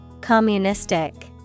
Communistic